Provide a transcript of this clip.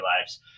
lives